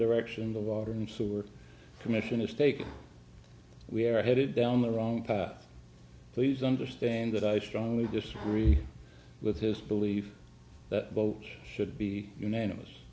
direction the water and sewer commission is taking we are headed down the wrong path please understand that i strongly disagree with his belief that both should be unanimous